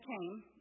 came